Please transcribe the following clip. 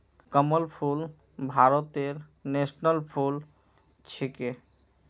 कमल फूल भारतेर नेशनल फुल छिके